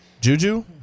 Juju